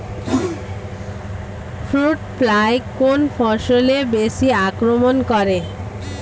Fruit fly কোন ফসলে বেশি আক্রমন করে?